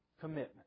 Commitment